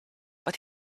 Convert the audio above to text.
but